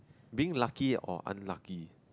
being lucky or unlucky